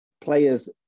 players